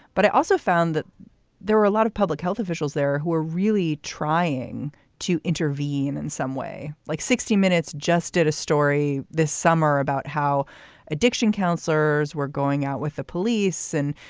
but i also found that there were a lot of public health officials there who were really trying to intervene in some way. like sixty minutes just did a story this summer about how addiction counselors were going out with the police. and,